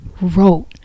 wrote